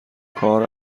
کار